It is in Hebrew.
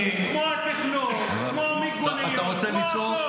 כמו התכנון, כמו המיגוניות, כמו הכול.